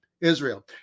Israel